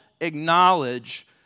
acknowledge